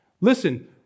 Listen